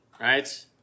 right